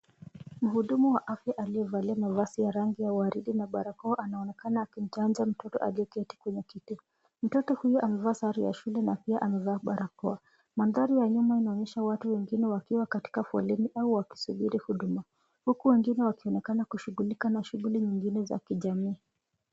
Mhudumu wa afya aliyevalia mavazi ya rangi ya waridi na barakoa anaonekana akimchanja mtoto aliyeketi kwenye kiti. Mtoto huyu amevaa sare yaa shule na pia amevaa barakoa. Mandhari ya nyuma inaonyesha watu wengine wakiwa katika foleni au wakisubiri huduma huku wengine wakionekana wakijishughulika na shughuli nyingine za kijamii.